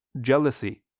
jealousy